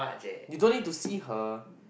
you don't need to see her